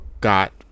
got